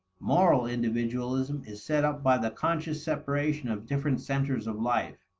moral individualism is set up by the conscious separation of different centers of life.